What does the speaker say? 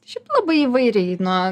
šiaip labai įvairiai nuo